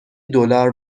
دلار